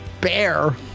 Bear